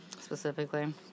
specifically